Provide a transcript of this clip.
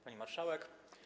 Pani Marszałek!